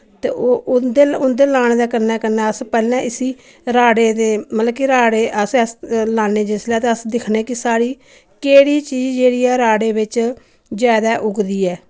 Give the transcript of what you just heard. ते ओह् उं'दे उं'दे लाने दे कन्नै कन्नै अस पैह्लें इस्सी राड़े दे मतलब कि राड़े अस लान्ने जिसलै ते अस दिक्खने कि साढ़ी केह्ड़ी चीज जेह्ड़ी ऐ राड़े बिच जैदा उगदी ऐ